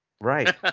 Right